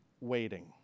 waiting